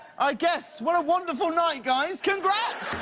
i guess, what a wonderful night, guys! congrats!